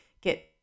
get